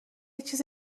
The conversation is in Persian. چیز